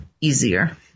easier